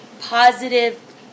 positive